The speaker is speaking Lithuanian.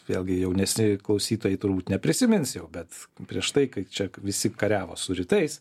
vėlgi jaunesni klausytojai turbūt neprisimins jau bet prieš tai kai čia visi kariavo su rytais